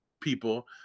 people